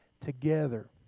together